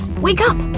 wake up!